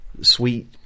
sweet